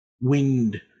wind